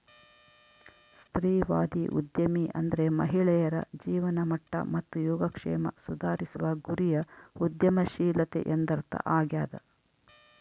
ಸ್ತ್ರೀವಾದಿ ಉದ್ಯಮಿ ಅಂದ್ರೆ ಮಹಿಳೆಯರ ಜೀವನಮಟ್ಟ ಮತ್ತು ಯೋಗಕ್ಷೇಮ ಸುಧಾರಿಸುವ ಗುರಿಯ ಉದ್ಯಮಶೀಲತೆ ಎಂದರ್ಥ ಆಗ್ಯಾದ